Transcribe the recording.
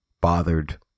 bothered